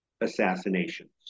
assassinations